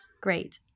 Great